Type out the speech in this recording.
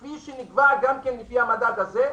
כפי שנקבע גם כן לפי המדד הזה?